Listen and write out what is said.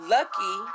Lucky